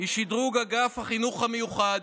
היא שדרוג אגף החינוך המיוחד